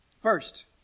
First